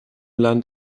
land